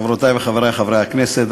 חברותי וחברי חברי הכנסת,